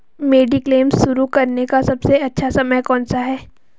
Mediclaim शुरू करने का सबसे अच्छा समय कौनसा है?